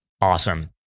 Awesome